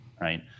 right